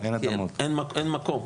אלא שאין מקום,